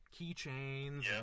keychains